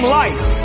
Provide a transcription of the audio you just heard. life